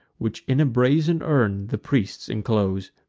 which in a brazen urn the priests inclose.